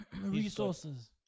Resources